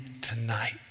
tonight